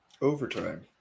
Overtime